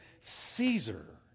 Caesar